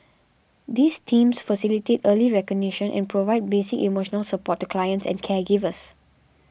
these teams facilitate early recognition and provide basic emotional support to clients and caregivers